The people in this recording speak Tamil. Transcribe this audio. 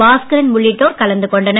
பாஸ்கரன் உள்ளிட்டோர் கலந்து கொண்டனர்